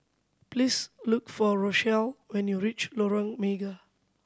please look for Rochelle when you reach Lorong Mega